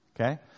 Okay